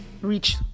reach